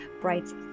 Bright's